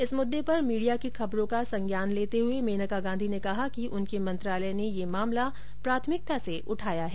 इस मुद्दे पर मीडिया की खबरों का संज्ञान लेते हुए मेनका गांधी ने कहा कि उनके मंत्रालय ने यह मामला प्राथमिकता से उठाया है